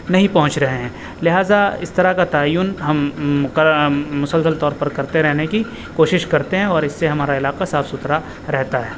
نہیں پہنچ رہے ہیں لہٰذا اس طرح کا تعین ہم مسلسل طور پر کرتے رہنے کی کوشش کرتے ہیں اور اس سے ہمارا علاقہ صاف ستھرا رہتا ہے